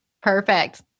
Perfect